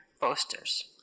posters